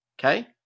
Okay